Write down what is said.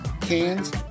cans